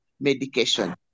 medication